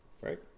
right